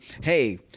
hey